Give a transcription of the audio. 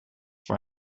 voor